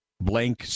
Blank